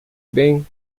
bem